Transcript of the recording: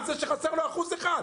על זה שחסר לו אחוז אחד?